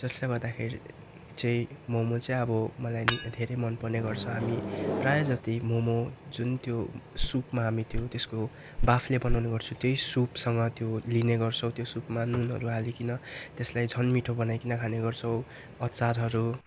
जसले गर्दाखेरि चाहिँ मोमो चाहिँ अब मलाई नि धेरै मन पर्ने गर्छ हामी प्रायः जति मोमो जुन त्यो सुपमा हामी त्यो त्यसको वाफले बनाउने गर्छु तै सुपसँग त्यो लिने गर्छौँ सुपमा नुनहरू हालिकिन तेसलाई झन् मिठो बनाइकिन खाने गर्छौँ अचारहरू